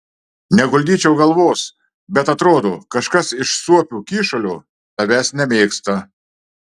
neguldyčiau galvos bet atrodo kažkas iš suopių kyšulio tavęs nemėgsta